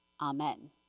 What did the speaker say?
Amen